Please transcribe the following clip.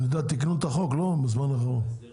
אני יודע שתיקנו את החוק בזמן האחרון, לא?